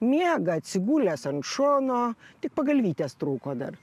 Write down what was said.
miega atsigulęs ant šono tiek pagalvytės trūko dar